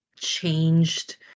changed